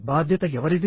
బాధ్యత ఎవరిది